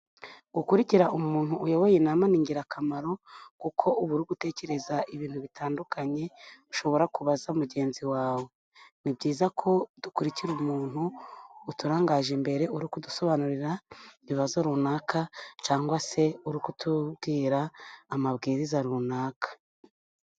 Gukurikira umuntu uyoboye inama ni ingirakamaro, kuko ubu utekereza ibintu bitandukanye, ushobora kubaza mugenzi wawe. Ni byiza ko dukurikira umuntu uturangaje imbere ,uri kudusobanurira ibibazo runaka, cyangwa se uri kutubwira amabwiriza runaka.